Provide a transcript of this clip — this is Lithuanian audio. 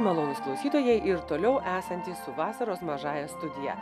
malonūs klausytojai ir toliau esantys vasaros mažąja studija